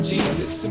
Jesus